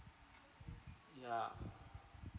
ya